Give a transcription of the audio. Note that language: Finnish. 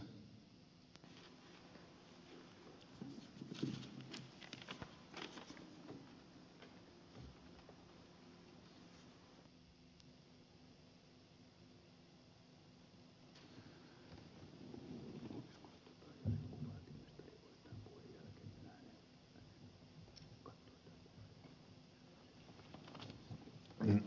arvoisa puhemies